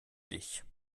dich